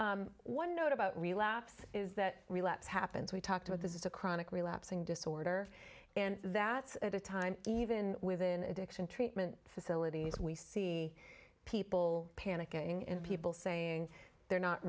board one note about relapse is that relapse happens we talked about this is a chronic relapsing disorder and that's at a time even within addiction treatment facilities we see people panicking in people saying they're not